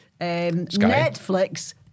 Netflix